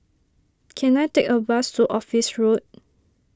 can I take a bus to Office Road